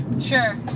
Sure